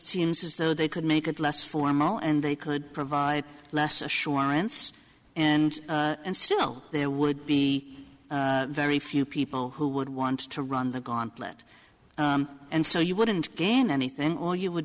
seems as though they could make it less formal and they could provide less assurance and and still there would be very few people who would want to run the gauntlet and so you wouldn't gain anything or you would